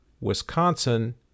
Wisconsin